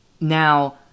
Now